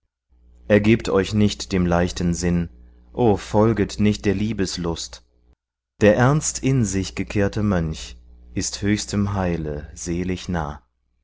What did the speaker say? schatzeshort ergebt euch nicht dem leichten sinn o folget nicht der liebeslust der ernst in sich gekehrte mönch ist höchstem heile selig nah